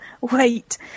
Wait